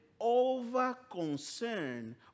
over-concern